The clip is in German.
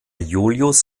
julius